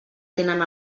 tenen